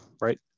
right